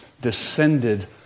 descended